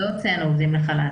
לא הוצאנו עובדים לחל"ת.